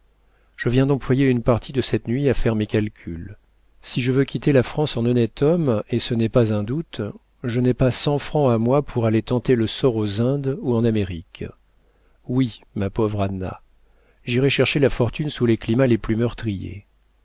je viens d'employer une partie de cette nuit à faire mes calculs si je veux quitter la france en honnête homme et ce n'est pas un doute je n'ai pas cent francs à moi pour aller tenter le sort aux indes ou en amérique oui ma pauvre anna j'irai chercher la fortune sous les climats les plus meurtriers